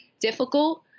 difficult